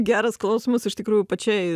geras klausimas iš tikrųjų pačiai